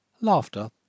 Laughter